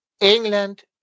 England